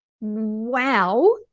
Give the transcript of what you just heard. Wow